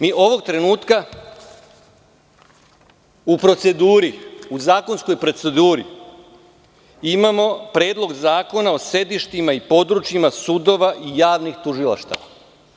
Mi ovog trenutka u proceduri, u zakonskoj proceduri imamo Predlog zakona o sedištima i područja sudova i javnih tužilaštava.